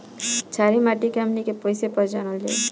छारी माटी के हमनी के कैसे पहिचनल जाइ?